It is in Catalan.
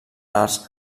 arts